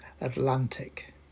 Atlantic